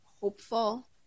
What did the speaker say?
hopeful